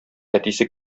әтисе